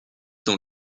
dans